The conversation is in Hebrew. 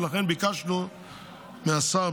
ולכן ביקשנו מהשר,